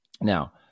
Now